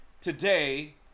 today